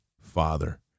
Father